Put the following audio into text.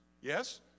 Yes